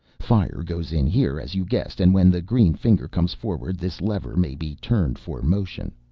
fire goes in here as you guessed, and when the green finger comes forward this lever may be turned for motion.